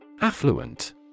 Affluent